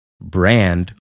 brand